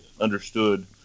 understood